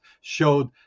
showed